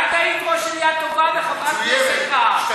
את היית ראש עירייה טובה וחברת כנסת רעה.